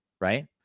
right